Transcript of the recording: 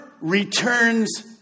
returns